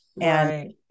and-